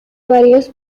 varios